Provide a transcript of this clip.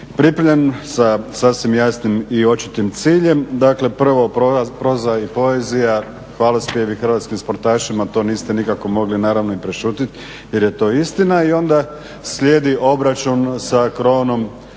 pripremljen sa sasvim jasnim i očitim ciljem. Dakle, prvo proza i poezija hvalospjevi hrvatskim sportašima to niste nikako mogli naravno i prešutjeti jer je to istina, i onda slijedi obračun sa krovnom